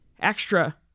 extra